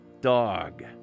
Dog